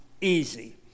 easy